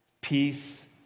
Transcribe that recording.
peace